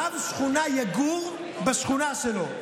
רב שכונה יגור בשכונה שלו.